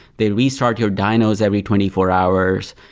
they restart your dynos every twenty four hours.